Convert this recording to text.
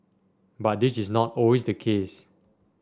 but this is not always the case